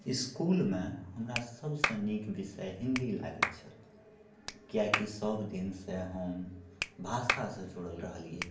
इस्कूलमे हमरा सभसँ नीक विषय हिन्दी लागैत छलह किआकि सभ दिनसँ हम भाषासँ जुड़ल रहलियै